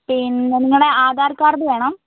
പിന്നെ നിങ്ങളുടെ ആധാർ കാർഡ് വേണം